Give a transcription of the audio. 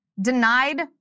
denied